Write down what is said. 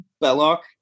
belloc